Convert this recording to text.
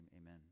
amen